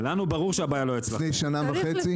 לפני שנה וחצי.